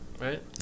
right